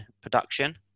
production